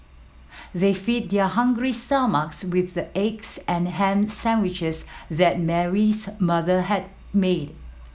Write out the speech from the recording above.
they feed their hungry stomachs with the eggs and ham sandwiches that Mary's mother had made